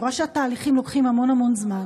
אני רואה שהתהליכים לוקחים המון המון זמן,